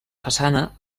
façana